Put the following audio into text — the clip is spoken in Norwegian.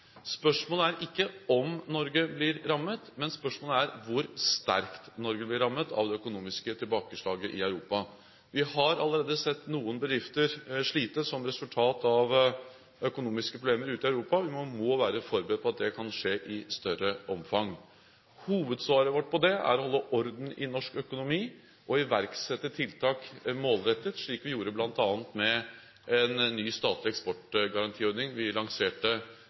Spørsmålet er ikke om Norge blir rammet, men spørsmålet er hvor sterkt Norge blir rammet av det økonomiske tilbakeslaget i Europa. Vi har allerede sett at noen bedrifter sliter som resultat av økonomiske problemer ute i Europa, og vi må være forberedt på at det kan skje i større omfang. Hovedsvaret vårt på det er å holde orden i norsk økonomi og iverksette målrettete tiltak, slik vi gjorde bl.a. med en ny statlig eksportgarantiordning vi lanserte